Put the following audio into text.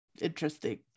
interesting